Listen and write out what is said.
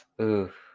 Oof